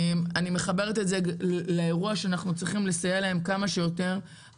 אני מחברת את זה לאירוע שאנחנו צריכים לסייע להם כמה שיותר.